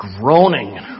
groaning